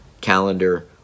calendar